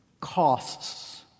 costs